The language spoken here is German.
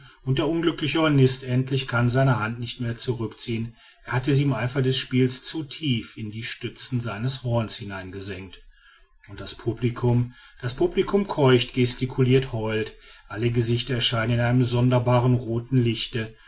und der unglückliche hornist endlich kann seine hand nicht mehr zurückziehen er hat sie im eifer des spiels zu tief in die stürze seines horns hineingesenkt und das publicum das publicum keucht gesticulirt heult alle gesichter erscheinen in einem sonderbaren rothen lichte